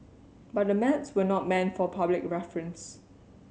but the maps were not meant for public reference